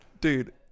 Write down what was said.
dude